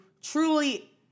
truly